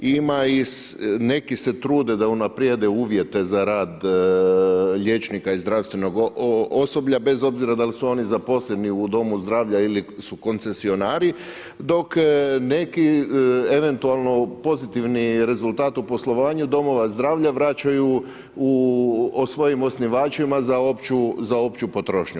Ima i, neki se trude da unaprijede uvjete za rad liječnika i zdravstvenog osoblja bez obzira da li su oni zaposleni u domu zdravlja ili su koncesionari, dok neki eventualno pozitivni rezultat u poslovanju domova zdravlja vraćaju svojim osnivačima za opću potrošnju.